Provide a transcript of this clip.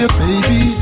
baby